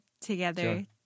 together